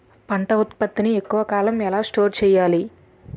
పంట ఉత్పత్తి ని ఎక్కువ కాలం ఎలా స్టోర్ చేయాలి?